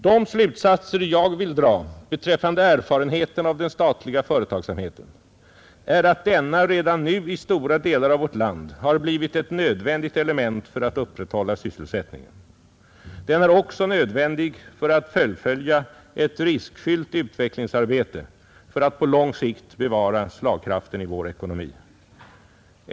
De slutsatser jag vill dra beträffande erfarenheterna av den statliga företagsamheten är att denna redan nu i stora delar av vårt land har blivit ett nödvändigt element för att upprätthålla sysselsättningen. Den är också nödvändig för att fullfölja ett riskfyllt utvecklingsarbete för att på lång sikt bevara slagkraften i vår ekonomi.